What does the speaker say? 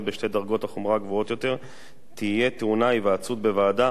בשתי דרגות החומרה הגבוהות יותר תהיה טעונה היוועצות בוועדה,